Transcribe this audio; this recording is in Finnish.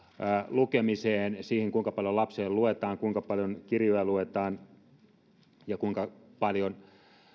lukemiseen siihen kuinka paljon lapsille luetaan kuinka paljon kirjoja luetaan ja kuinka paljon